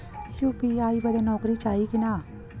UPI बदे नौकरी चाही की ना?